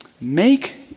make